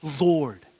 Lord